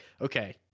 okay